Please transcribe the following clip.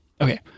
Okay